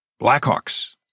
Blackhawks